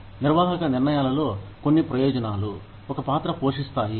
నిర్వాహక నిర్ణయాలలో కొన్ని ప్రయోజనాలు ఒక పాత్ర పోషిస్తాయి